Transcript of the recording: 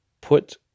put